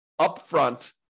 upfront